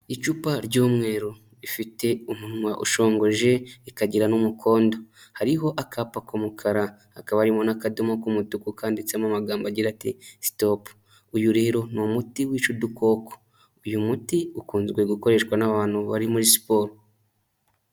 Icupa ry'umweru rifite umunwa ushongoje rikagira n'umukondo, hariho akapa k'umukarakaba hakaba harimo n'akadomo k'umutuku kanditsemo amagambo agira ati :'' Sitopu.'' Uyu rero ni umuti wica udukoko, uyu muti ukunzwe gukoreshwa n'abantu bari muri siporo.